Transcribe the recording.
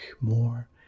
more